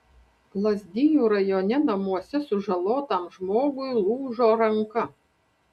lazdijų rajone namuose sužalotam žmogui lūžo ranka